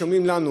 שומעים לנו,